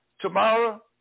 tomorrow